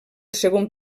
segon